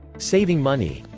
saving money.